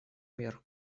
мер